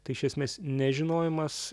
tai iš esmės nežinojimas